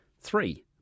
Three